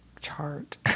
Chart